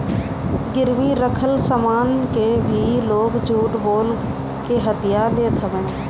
गिरवी रखल सामान के भी लोग झूठ बोल के हथिया लेत हवे